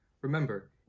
Remember